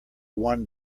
one